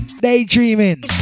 Daydreaming